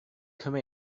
come